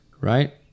Right